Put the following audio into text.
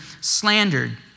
slandered